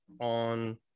on